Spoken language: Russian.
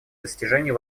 достижению